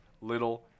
little